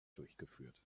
durchgeführt